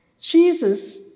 Jesus